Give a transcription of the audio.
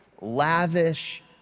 lavish